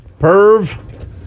Perv